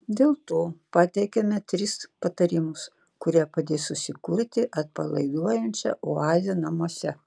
dėl to pateikiame tris patarimus kurie padės susikurti atpalaiduojančią oazę namuose